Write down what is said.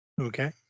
okay